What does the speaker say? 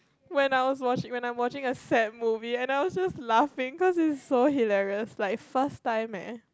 when I was watching when I'm watching a sad movie and I was just laughing because it was so hilarious like first time eh